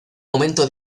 momento